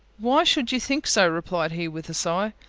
why should you think so! replied he, with a sigh.